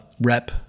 rep